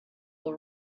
will